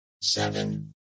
seven